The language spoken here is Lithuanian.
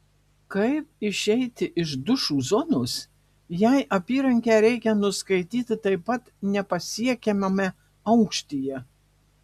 kaip išeiti iš dušų zonos jei apyrankę reikia nuskaityti taip pat nepasiekiamame aukštyje